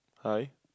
hi